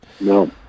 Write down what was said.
no